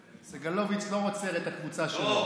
סגלוביץ' לא עוצר את הקבוצה שלו.